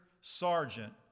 sergeant